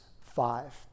five